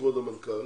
כבוד המנכ"ל